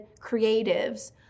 creatives